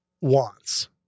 wants